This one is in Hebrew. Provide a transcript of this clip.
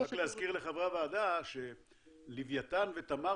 רק להזכיר לחברי הוועדה שלווייתן ותמר